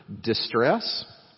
distress